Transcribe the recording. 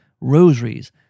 rosaries